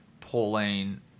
Pauline